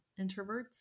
introverts